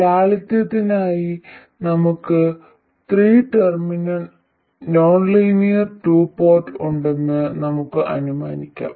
ലാളിത്യത്തിനായി നമുക്ക് three terminal nonlinear two port ഉണ്ടെന്ന് നമുക്ക് അനുമാനിക്കാം